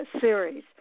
series